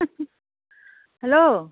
hello